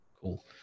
Cool